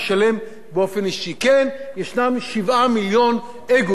כן, יש 7 מיליון אגואים, אבל יש מדינה אחת,